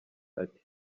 ati